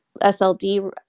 SLD